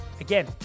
Again